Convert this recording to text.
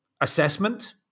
assessment